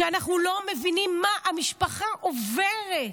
כשאנחנו לא מבינים מה המשפחה עוברת?